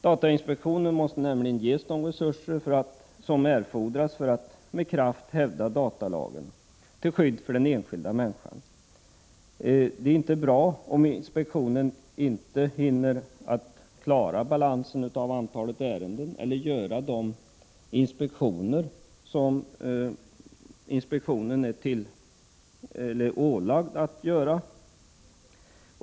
Datainspektionen måste nämligen ges de resurser som erfordras för att den med kraft skall kunna hävda datalagen till skydd för den enskilda människan. Det är inte bra om datainspektionen inte hinner klara av balansen av antalet ärenden eller göra de inspektioner som myndigheten är ålagd att göra.